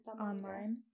online